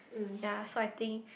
ya so I think